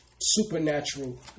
supernatural